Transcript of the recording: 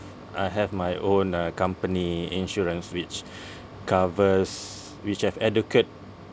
I have my own uh company insurance which covers which have adequate